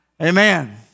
Amen